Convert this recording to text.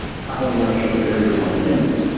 how and when should we redesign humans?